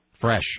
Fresh